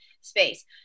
space